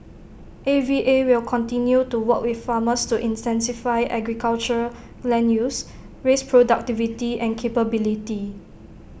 A V A will continue to work with farmers to intensify agriculture land use raise productivity and capability